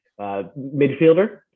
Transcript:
midfielder